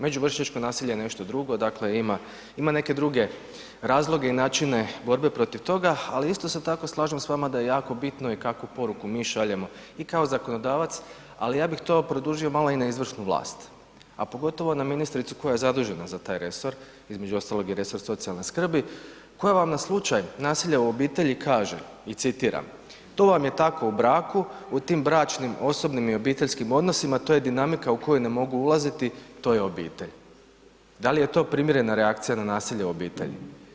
Među vršnjačko nasilje je nešto drugo, dakle, ima neke druge razloge i načine borbe protiv toga, ali isto se tako slažem s vama da je jako bitno i kakvu poruku mi šaljemo i kao zakonodavac, ali ja bih to produžio malo i na izvršnu vlast, a pogotovo na ministricu koja je zadužena za taj resor, između ostalog i resor socijalne skrbi, koja vam na slučaj nasilja u obitelji kaže i citiram: „To vam je tako u braku, u tim bračnim, osobnim i obiteljskim odnosima, to je dinamika u koju ne mogu ulaziti, to je obitelj.“ Da li je to primjerena reakcija na nasilje u obitelji?